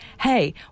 hey